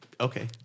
Okay